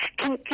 can